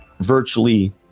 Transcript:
virtually